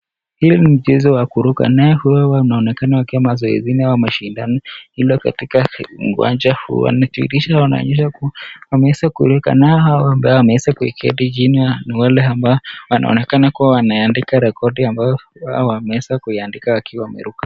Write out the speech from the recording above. Huu ni mchezo wakuruka. Huyu anaonekana kuwa mazoezini ama mashindano katika uwanja huu. Wale ambao wameketi chini ni wao ambao wanaoneka kuandika recordi ambayo wao wameweza kuiandika ambao wanaruka.